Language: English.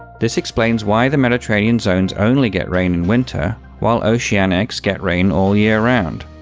this explains why the mediterranean zones only get rain in winter, while oceanics get rain all year round.